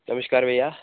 नमस्कार भैया